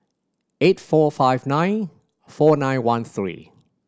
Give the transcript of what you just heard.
eight four five nine four nine one three